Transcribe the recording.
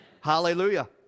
Hallelujah